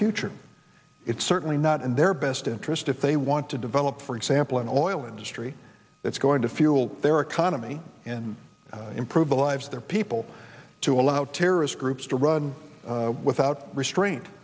future it's certainly not in their best interest if they want to develop for example an oil industry that's going to fuel their economy and improve the lives of their people to allow terrorist groups to run without restraint